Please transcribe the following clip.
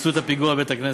שביצעו את הפיגוע בבית-הכנסת,